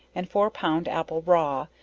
and four pound apple raw,